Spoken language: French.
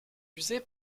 usé